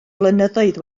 flynyddoedd